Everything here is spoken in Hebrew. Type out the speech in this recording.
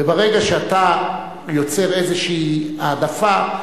וברגע שאתה יוצר איזושהי העדפה,